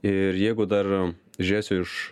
ir jeigu dar žiūrėsiu iš